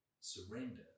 surrender